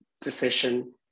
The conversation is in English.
decision